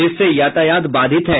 इससे यातायात बाधित है